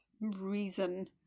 reason